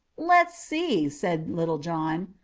let's see, said little john.